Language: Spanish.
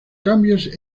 cambios